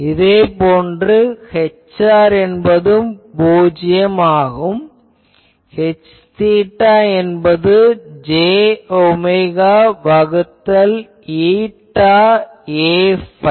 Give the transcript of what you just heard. இதே போன்று Hr என்பதும் பூஜ்யம் Hθ என்பது j ஒமேகா வகுத்தல் η Aϕ